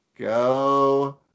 Go